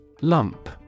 Lump